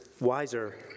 wiser